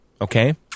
Okay